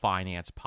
Finance